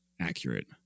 accurate